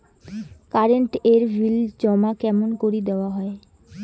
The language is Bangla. কারেন্ট এর বিল জমা কেমন করি দেওয়া যায়?